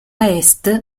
est